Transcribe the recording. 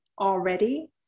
already